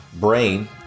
Brain